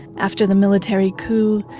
after the military coup,